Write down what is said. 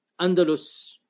Andalus